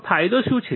તો ફાયદો શું છે